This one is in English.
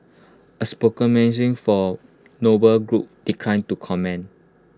A spoken for noble group declined to comment